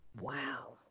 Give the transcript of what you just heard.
Wow